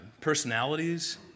personalities